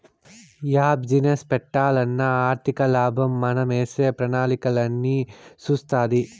yeah business పెట్టాలన్నా ఆర్థికలాభం మనమేసే ప్రణాళికలన్నీ సూస్తాది